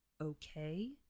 Okay